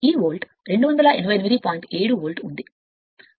7 volt ఉంది కాబట్టి దీనిని 288